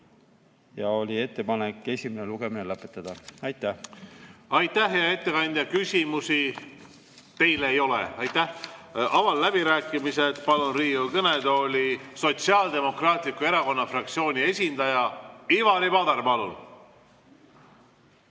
Ja oli ettepanek esimene lugemine lõpetada. Aitäh! Aitäh, hea ettekandja! Küsimusi teile ei ole. Avan läbirääkimised ja palun Riigikogu kõnetooli Sotsiaaldemokraatliku Erakonna fraktsiooni esindaja. Ivari Padar, palun!